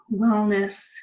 wellness